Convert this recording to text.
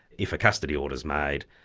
if a custody order is made,